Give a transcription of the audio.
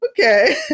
okay